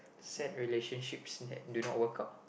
sad relationship that do not woke up